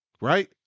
right